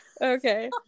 Okay